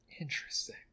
Interesting